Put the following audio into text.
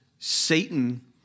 Satan